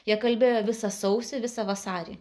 jie kalbėjo visą sausį visą vasarį